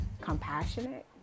compassionate